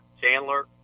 Chandler